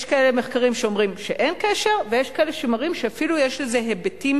יש מחקרים שאומרים שאין קשר ויש כאלה שמראים שאפילו יש לזה היבטים